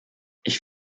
ich